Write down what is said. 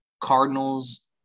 Cardinals